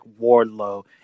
Wardlow